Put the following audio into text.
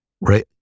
right